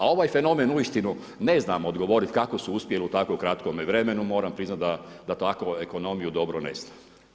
Ali, ovaj fenomen, uistinu, ne znam odgovoriti kako su uspjeli u tako kratkome vremenu, moram priznati, da takvu ekonomiju dobro ne znam.